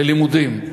ללימודים,